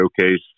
showcase